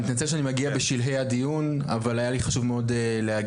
אני מתנצל שאני מגיע בשלהי הדיון אבל היה לי חשוב מאוד להגיע,